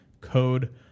code